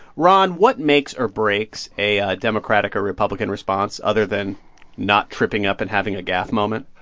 ron, what makes or breaks a a democratic or republican response other than not tripping up and having a gaffe moment?